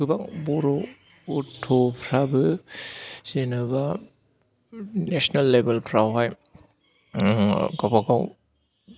गोबां बर' गथ'फ्राबो जेनेबा नेसनेल लेभेलफ्रावहाय गावबा गाव